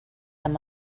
amb